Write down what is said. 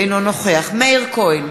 אינו נוכח מאיר כהן,